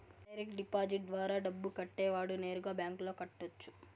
direct deposit ద్వారా డబ్బు కట్టేవాడు నేరుగా బ్యాంకులో కట్టొచ్చు